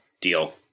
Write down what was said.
Deal